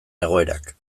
egoerak